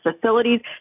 facilities